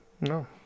No